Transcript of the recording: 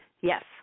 Yes